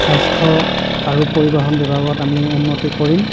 স্বাস্থ্য আৰু পৰিবহন বিভাগত আমি উন্নতি কৰিম